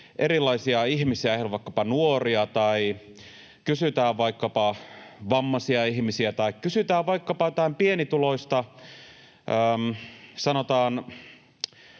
erilaisia ihmisiä ehdolle, vaikkapa nuoria, tai kysytään vaikkapa vammaisia ihmisiä tai kysytään vaikkapa jotain pienituloista, sanotaan